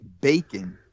bacon